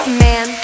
man